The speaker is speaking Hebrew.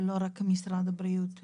ולא רק משרד הבריאות,